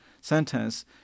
sentence